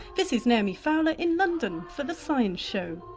this is naomi fowler in london for the science show